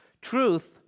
Truth